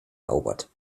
erobert